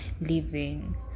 living